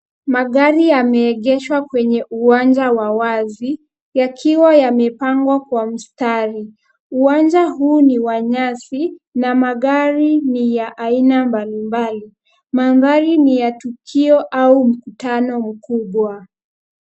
Magari yameegeshwa kwenye uwanja wa wazi, yakiwa yamepangwa kwa mstari. Uwanja huu ni wa nyasi na magari ni ya aina mbalimbali. Mandhari ni ya tukio au mkutano mkubwa.